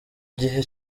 gihe